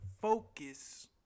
focus